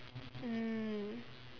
mm